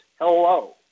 Hello